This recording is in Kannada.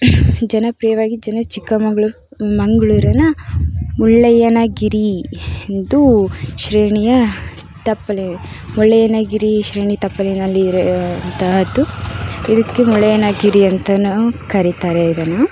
ಜನಪ್ರಿಯವಾಗಿ ಜನ ಚಿಕ್ಕಮಗಳೂರು ಮಗಳೂರಿನ ಮುಳ್ಳಯ್ಯನಗಿರಿ ಎಂದು ಶ್ರೇಣಿಯ ತಪ್ಪಲೆ ಮುಳ್ಳಯ್ಯನಗಿರಿ ಶ್ರೇಣಿ ತಪ್ಪಲಿನಲ್ಲಿರುವಂತಹದ್ದು ಇದಕ್ಕೆ ಮುಳ್ಳಯ್ಯನಗಿರಿ ಅಂತಲೂ ಕರೀತಾರೆ ಇದನ್ನು